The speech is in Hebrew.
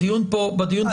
אני